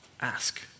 ask